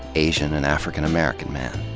asian and african american men.